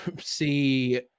see –